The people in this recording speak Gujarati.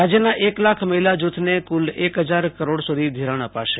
રાજયના એક લાખ મહિલા જુથને કુલ અક હજાર કરોડ સુધી ધિ રાણ અપાશે